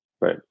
Right